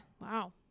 wow